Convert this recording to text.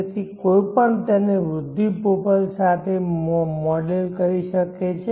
તેથી કોઈ પણ તેને વિવિધ વૃદ્ધિ પ્રોફાઇલ સાથે મોડેલ કરી શકે છે